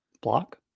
Block